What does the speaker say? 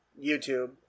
YouTube –